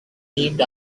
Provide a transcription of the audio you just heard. named